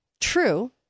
True